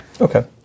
Okay